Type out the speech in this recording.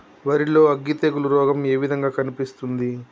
వరి లో అగ్గి తెగులు రోగం ఏ విధంగా కనిపిస్తుంది?